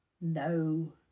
No